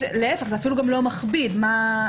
זה לא מכביד.